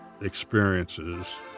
experiences